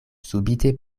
subite